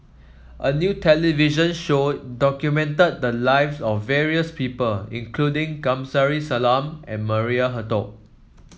a new television show documented the lives of various people including Kamsari Salam and Maria Hertogh